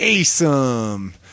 awesome